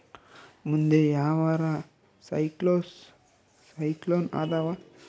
ಮುಂದೆ ಯಾವರ ಸೈಕ್ಲೋನ್ ಅದಾವ?